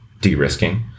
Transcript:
de-risking